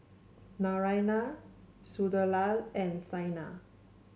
Naraina Sunderlal and Saina